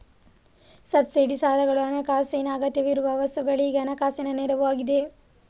subsidy ಸಾಲಗಳು ಹಣಕಾಸಿನ ಅಗತ್ಯವಿರುವ ವಸ್ತುಗಳಿಗೆ ಹಣಕಾಸಿನ ನೆರವು ಆಗಿದೆ